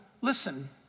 listen